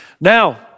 Now